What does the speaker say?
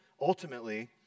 ultimately